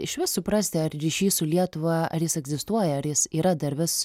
išvis suprasti ar ryšys su lietuva ar jis egzistuoja ar jis yra dar vis